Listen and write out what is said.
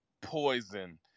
poison